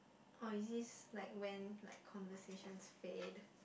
oh it is like when like conversations faded